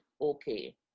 okay